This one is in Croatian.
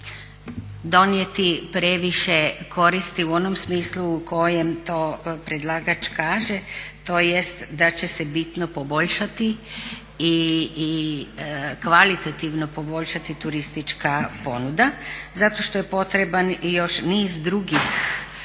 donijeti previše koristi u onom smislu u kojem to predlagač kaže, tj. da će se bitno poboljšati i kvalitativno poboljšati turistička ponuda zato što je potreban i još niz drugih